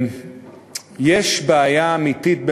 יש בעיה אמיתית,